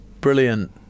brilliant